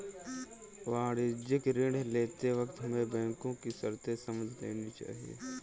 वाणिज्यिक ऋण लेते वक्त हमें बैंको की शर्तें समझ लेनी चाहिए